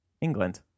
England